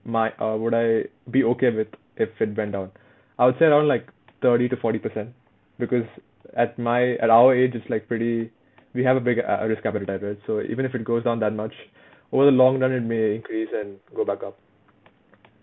my uh would I be okay with if it went down I would say around like thirty to forty percent because at my at our age it's like pretty we have a bigger uh risk appetite right so even if it goes down that much over the long run it may increase and go back up